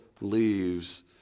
leaves